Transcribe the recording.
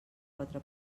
quatre